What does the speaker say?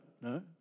no